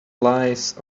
lives